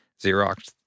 Xerox